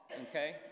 Okay